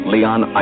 Leon